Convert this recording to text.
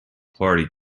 party